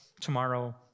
tomorrow